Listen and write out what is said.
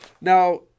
now